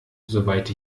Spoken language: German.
soweit